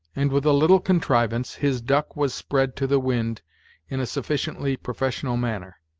and with a little contrivance, his duck was spread to the wind in a sufficiently professional manner.